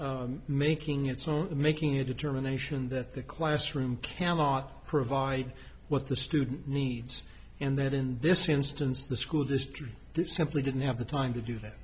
district making its own making a determination that the classroom cannot provide what the student needs and that in this instance the school district simply didn't have the time to do that